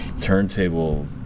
turntable